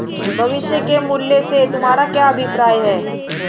भविष्य के मूल्य से तुम्हारा क्या अभिप्राय है?